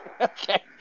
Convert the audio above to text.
Okay